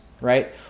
Right